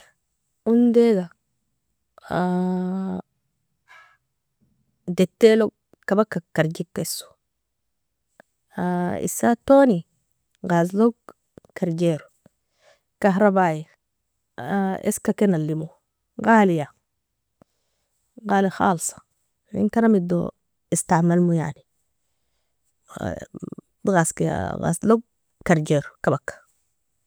Undega dettailogo kabaka karjikiso, issatoni gazlog karjero, kahrabaei eska ken alimo غالية, gali khalsa, inen karamido istamalmo yani gazka gazlog karjero kabaka.